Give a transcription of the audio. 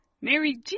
Mary